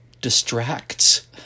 distracts